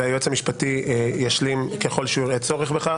והיועץ המשפטי ישלים ככל שהוא יראה בכך צורך.